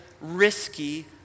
risky